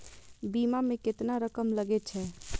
बीमा में केतना रकम लगे छै?